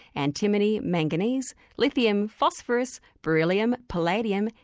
antimony, manganese, lithium, phosphorous, beryllium, palladium,